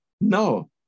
No